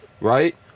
right